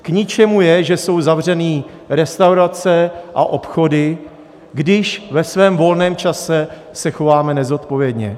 K ničemu je, že jsou zavřené restaurace a obchody, když ve svém volném čase se chováme nezodpovědně.